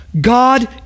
God